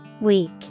Weak